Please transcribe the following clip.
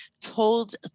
told